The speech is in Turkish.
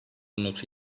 notu